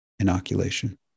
Inoculation